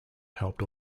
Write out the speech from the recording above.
helped